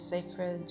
sacred